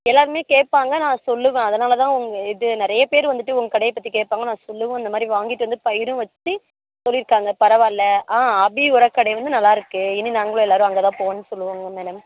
எல்லோருமே கேட்பாங்க நான் சொல்லுவேன் அதனால தான் உங்கள் இது நிறைய பேர் வந்துட்டு உங்கள் கடையை பற்றி கேட்பாங்க நான் சொல்லுவேன் இந்த மாதிரி வாங்கிட்டு வந்து பயிரும் வச்சி சொல்லிருக்காங்க பரவால்லை ஆ அபி உரக்கடை வந்து நல்லாயிருக்கு இனி நாங்களும் எல்லோரும் அங்கே தான் போவோன்னு சொல்லுவாங்க மேடம்